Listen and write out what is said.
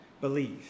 believe